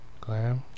Glam